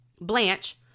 Blanche